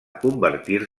convertir